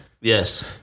Yes